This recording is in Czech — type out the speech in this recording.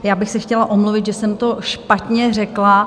Já bych se chtěla omluvit, že jsem to špatně řekla.